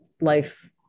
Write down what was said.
life